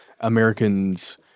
Americans